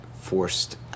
forced